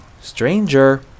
Stranger